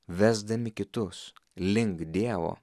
vesdami kitus link dievo